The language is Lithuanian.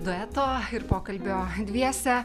dueto ir pokalbio dviese